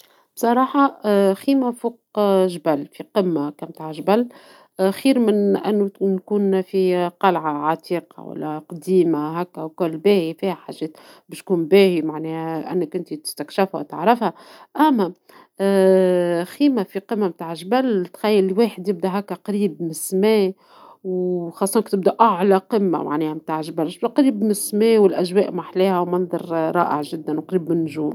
بصراحة نحب نستكشف الفضاء الكواكب وعالم النجوم والكواكب والسماوات حاجة فيها ما تكتشف ، رغم أنو هو زادة المحيط هو مهم عالم البحار والداخل والكل انما هما الزوز مهمين ونحب نعملهم ، كان نبداو من اللولانية نبداو بالفضاء ومن بعد نمشيو للمحيطات الزوز عالم جميل.